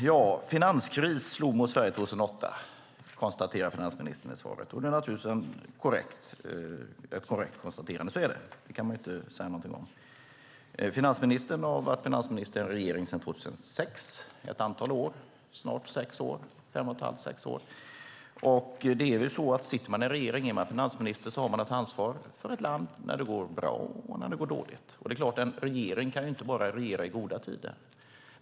Herr talman! Tack, finansministern, för svaret på interpellationen. En finanskris slog mot Sverige 2008, konstaterar finansministern i svaret. Det är naturligtvis ett korrekt konstaterande. Finansministern har varit finansminister i en regering sedan 2006; det är snart sex år. Sitter man i en regering och är man finansminister har man att ta ansvar för ett land när det går bra och när det går dåligt. En regering kan naturligtvis inte regera bara i goda tider.